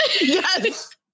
yes